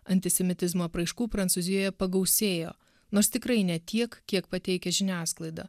antisemitizmo apraiškų prancūzijoje pagausėjo nors tikrai ne tiek kiek pateikia žiniasklaida